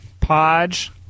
Podge